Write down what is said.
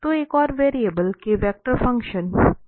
तो एक वेरिएबल के वेक्टर फंक्शन के यह उदाहरण हैं